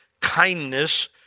kindness